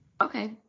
Okay